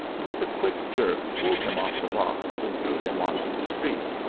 and with a quick jerk pulled him off the box, and threw him on to the street.